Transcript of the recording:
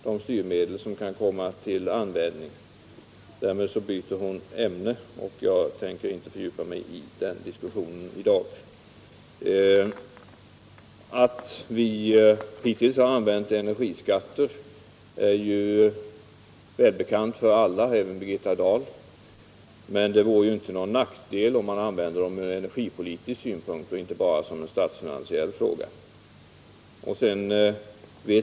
Därmed byter Birgitta Dahl ämne, men jag tänker inte fördjupa mig i den diskussionen i dag. Att vi hittills har använt energiskatter är ju välbekant för alla, även för Birgitta Dahl, men det vore inte någon nackdel om man använde dessa skatter ur energipolitisk synpunkt och inte bara betraktade dem som en statsfinansiell fråga.